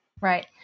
Right